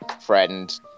friend